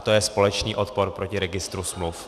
To je společný odpor proti registru smluv.